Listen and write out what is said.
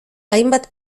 hainbat